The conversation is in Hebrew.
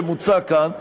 שמוצע כאן,